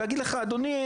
ויגיד לך: אדוני,